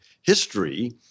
history